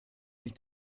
mich